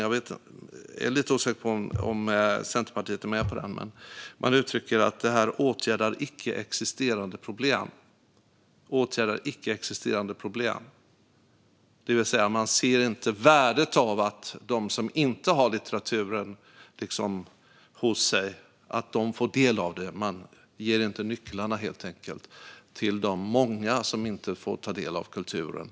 Jag är lite osäker på om Centerpartiet är med på den, men man uttrycker det som att detta åtgärdar "icke existerande problem". Man ser alltså inte värdet av att de som inte har litteraturen hos sig får del av den. Man ger inte nycklarna, helt enkelt, till de många som inte får ta del av kulturen.